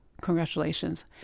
Congratulations